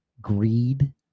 greed